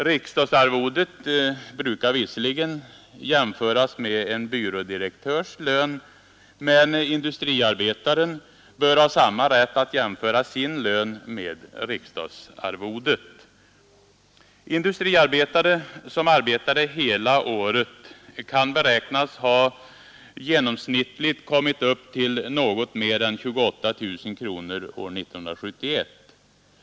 Riksdagsarvodet brukar visserligen jämföras med en byrådirektörs lön, men industriarbetaren bör ha samma rätt att jämföra sin lön med riksdagsarvodet. Industriarbetare som arbetade hela året kan beräknas ha genomsnittligt kommit upp till något mer än 28 000 kronor år 1971.